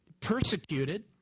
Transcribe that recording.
persecuted